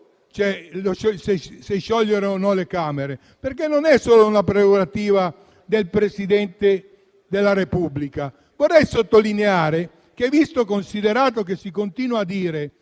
se sciogliere o meno le Camere, perché non è solo una prerogativa del Presidente della Repubblica. Vorrei sottolineare che, visto e considerato che si continua a dire